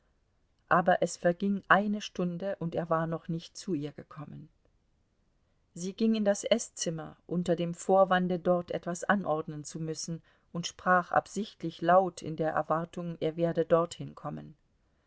aber es verging eine stunde und er war noch nicht zu ihr gekommen sie ging in das eßzimmer unter dem vorwande dort etwas anordnen zu müssen und sprach absichtlich laut in der erwartung er werde dorthin kommen